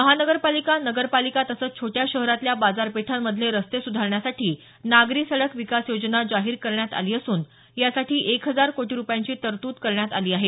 महानगरपालिका नगरपालिका तसंच छोट्या शहरातल्या बाजारपेठांमधले रस्ते सुधारण्यासाठी नागरी सडक विकास योजना जाहीर करण्यात आली असून यासाठी एक हजार कोटी रुपयांची तरतूद करण्यात आली आहे